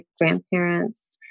grandparents